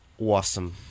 awesome